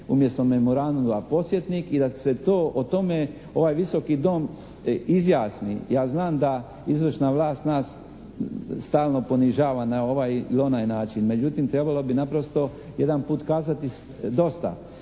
umjesto memoranduma podsjetnik i da se to o tome ovaj Visoki dom izjasni. Ja znam da izvršna vlast nas stalno ponižava na ovaj ili onaj način. Međutim trebalo bi naprosto jedan put kazati dosta.